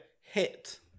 hit